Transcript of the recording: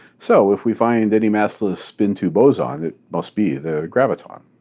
so, if we find any massless spin two boson, it must be the graviton.